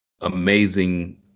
amazing